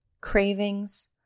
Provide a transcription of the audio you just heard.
cravings